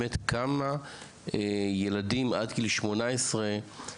באמת כמה ילדים עד גיל 18 התאבדו?